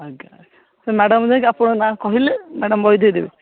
ଆଜ୍ଞା ଆଜ୍ଞା ସେ ମ୍ୟାଡ଼ମ୍ଙ୍କୁ ଯାଇକି ଆପଣଙ୍କ ନାଁ କହିଲେ ମ୍ୟାଡ଼ାମ୍ ବହି ଦେଇଦେବେ